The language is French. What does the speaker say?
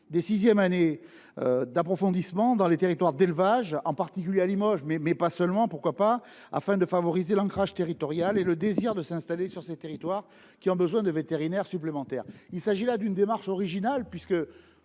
une sixième année d’approfondissement dans les territoires d’élevage, en particulier à Limoges, mais pas seulement, afin de favoriser l’ancrage territorial et le désir de s’installer sur des territoires qui ont besoin de vétérinaires supplémentaires. Il s’agit là d’une démarche originale, puisqu’elle